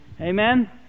Amen